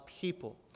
people